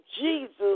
Jesus